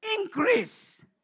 increase